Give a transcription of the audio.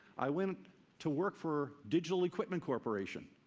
i went to work for digital equipment corporation.